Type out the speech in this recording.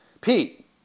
Pete